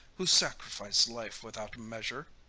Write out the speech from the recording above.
who sacrifice life without measure.